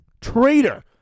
Traitor